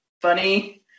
funny